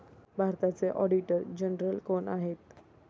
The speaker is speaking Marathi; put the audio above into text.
भारताचे ऑडिटर जनरल कोण आहेत?